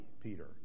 Peter